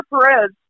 Perez